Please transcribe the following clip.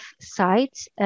sites